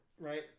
right